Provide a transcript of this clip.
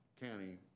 county